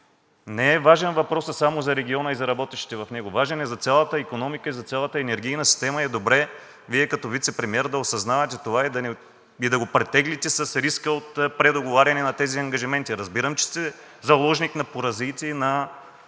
Не е важен въпросът само за региона и за работещите в него. Важен е за цялата икономика и за цялата енергийна система. Добре е Вие, като вицепремиер, да осъзнавате това и да го претеглите с риска от предоговаряне на тези ангажименти. Разбирам, че сте заложник на поразиите и на